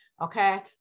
okay